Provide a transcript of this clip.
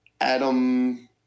Adam